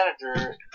manager